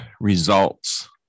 results